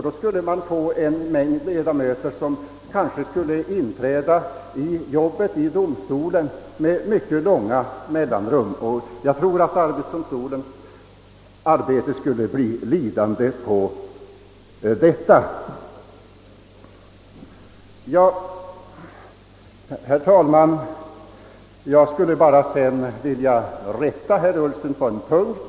Då skulle kanske en mängd ledamöter inträda i domstolen med mycket långa mellanrum, och jag tror att arbetsdomstolens arbete skulle bli lidande på detta. Herr talman! Jag skulle vilja rätta herr Ullsten på en punkt.